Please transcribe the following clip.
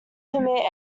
permit